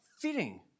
fitting